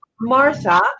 martha